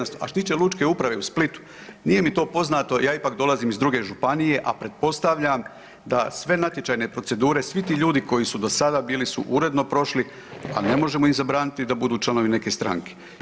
A što se tiče Lučke uprave u Splitu nije mi to poznato ja ipak dolazim iz druge županije, a pretpostavljam da sve natječajne procedure svi ti ljudi koji su do sada bili su uredno prošli, a ne možemo im zabraniti da budu članovi neke stranke.